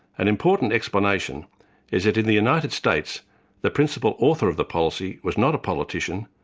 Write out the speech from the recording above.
an important explanation is that in the united states the principal author of the policy was not a politician,